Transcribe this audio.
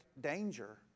danger